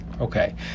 Okay